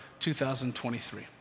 2023